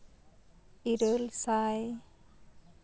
ᱤᱨᱟᱹᱞ ᱥᱟᱭ